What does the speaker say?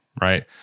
right